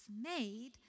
made